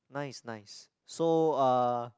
nice nice so uh